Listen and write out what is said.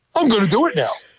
i'm gonna do it now!